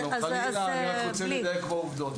חלילה, אני רק רוצה לדייק בעובדות.